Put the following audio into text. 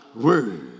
word